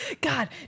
God